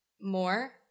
more